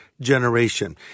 generation